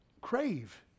Crave